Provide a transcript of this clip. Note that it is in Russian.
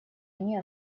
они